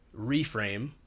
reframe